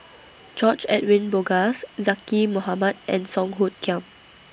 George Edwin Bogaars Zaqy Mohamad and Song Hoot Kiam